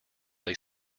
they